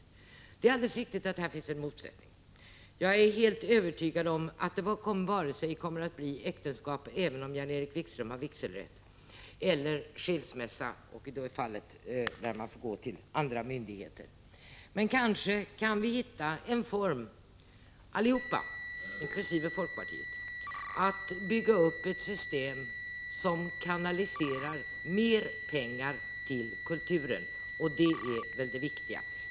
Det är alldeles riktigt att det här finns en motsättning. Jag är helt övertygad om att det varken kommer att bli äktenskap — även om Jan-Erik Wikström har vigselrätt —- eller skilsmässa; i det fallet lär man få gå till annan instans. Men kanske kan vi alla, inkl. folkpartiet, hitta en form för att bygga upp ett system som kanaliserar mer pengar till kulturen, och det är väl detta som är det viktiga.